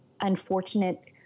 unfortunate